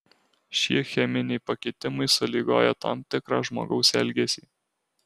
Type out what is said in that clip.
šie cheminiai pakitimai sąlygoja tam tikrą žmogaus elgesį